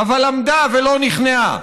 אבל עמדה ולא נכנעה.